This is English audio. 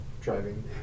driving